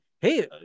hey